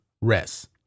rest